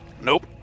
Nope